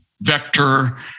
vector